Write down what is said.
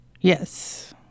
Yes